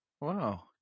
Wow